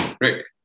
Rick